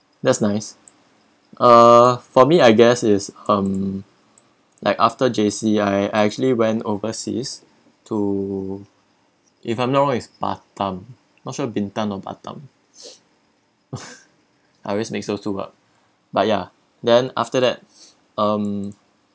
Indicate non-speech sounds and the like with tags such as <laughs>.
that's nice uh for me I guess is um like after J_C I I actually went overseas to if I'm not wrong is batam not sure bintang <laughs> I always next to her then after that um